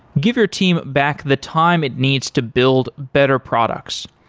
give your team back the time it needs to build better products.